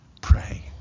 pray